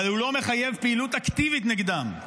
אבל הוא לא מחייב פעילות אקטיבית נגדם.